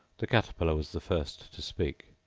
the caterpillar was the first to speak.